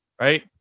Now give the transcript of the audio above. right